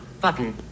Button